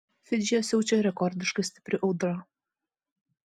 fidžyje siaučia rekordiškai stipri audra